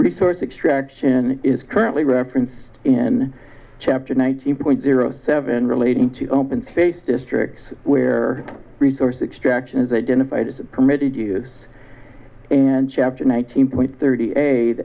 resource extraction is currently referenced in chapter nineteen point zero seven relating to open space districts where resource extraction is identified as committed use and chapter nineteen point thirty eight